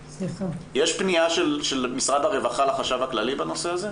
יש פניה של משרד הרווחה לחשב הכללי בנושא הזה?